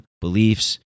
beliefs